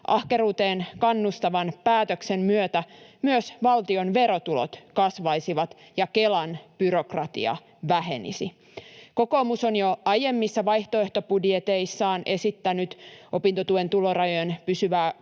Ahkeruuteen kannustavan päätöksen myötä myös valtion verotulot kasvaisivat ja Kelan byrokratia vähenisi. Kokoomus on jo aiemmissa vaihtoehtobudjeteissaan esittänyt opintotuen tulorajojen pysyvää